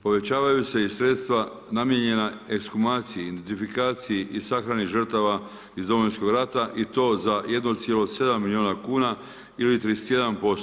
Povećavaju se i sredstva namijenjena ekshumaciji, notifikaciji i sahrani žrtava iz Domovinskog rata i to za 1,7 milijuna ili 31%